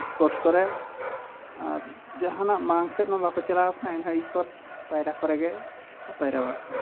sports ᱠᱚᱨᱮ ᱟᱨ ᱡᱟᱦᱟᱱᱟᱜ ᱢᱟᱲᱟᱝ ᱥᱮᱫ ᱢᱟ ᱵᱟᱠᱚ ᱪᱟᱞᱟᱣ ᱠᱟᱱᱟ ᱮᱱᱦᱚᱸ ᱥᱯᱳᱨᱴ ᱯᱟᱭᱨᱟ ᱠᱚᱨᱮ ᱜᱮᱠᱚ ᱯᱟᱭᱨᱟ ᱵᱟᱲᱟᱜ ᱠᱟᱱᱟ